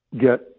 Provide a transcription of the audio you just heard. get